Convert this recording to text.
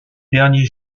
dernier